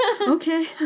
Okay